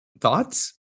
Thoughts